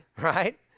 right